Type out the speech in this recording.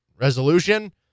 resolution